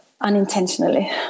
unintentionally